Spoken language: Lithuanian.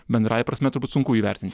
bendrąja prasme turbūt sunku įvertint